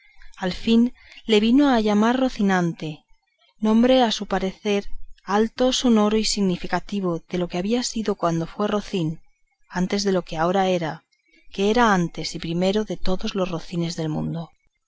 al fin le vino a llamar rocinante nombre a su parecer alto sonoro y significativo de lo que había sido cuando fue rocín antes de lo que ahora era que era antes y primero de todos los rocines del mundo